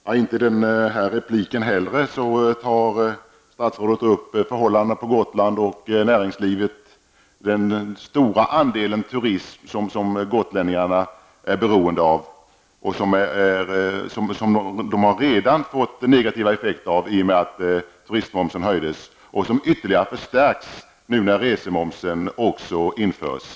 Herr talman! Inte heller i detta inlägg tar statsrådet upp förhållandena på Gotland och Gotlands näringsliv med den stora andel turism som gotlänningarna är beroende av. Turismen på Gotland har redan blivit negativt drabbad av höjningen av turistmomsen. Dessa effekter förstärks nu när resemomsen också införs.